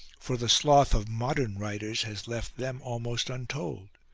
for the sloth of modern writers has left them almost untold.